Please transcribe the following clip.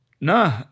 No